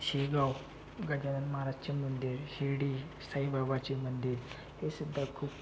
शेगाव गजानन महाराजचे मंदिर शिर्डी साईबाबाचे मंदिर हे सुद्धा खूप